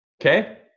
okay